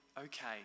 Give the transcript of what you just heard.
okay